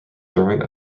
throwing